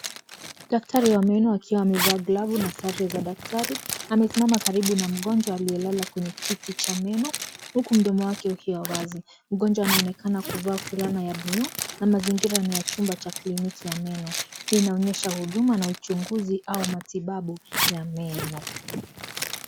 Daktari wa meno akiwa amevaa glavu na sare za daktari amesimama karibu na mgonjwa aliyelala kwenye kiti cha meno huku mdomo wake ukiwa wazi. Mgonjwa anaonekana kuvaa fulana ya buluu na mazingira ni ya chumba cha kliniki ya meno. Hii inaonyesha huduma na uchunguzi au matibabu ya meno.